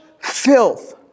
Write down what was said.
filth